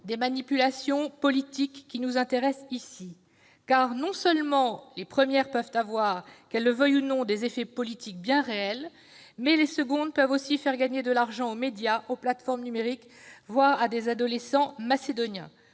des manipulations politiques, qui nous intéressent ici. Car non seulement les premières peuvent avoir, qu'elles le veuillent ou non, des effets politiques bien réels, mais les secondes peuvent aussi faire gagner de l'argent aux médias, aux plateformes numériques, voire à des adolescents macédoniens.